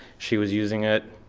she was using it,